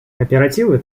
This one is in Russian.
кооперативы